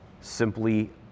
simply